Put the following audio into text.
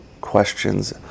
questions